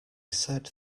said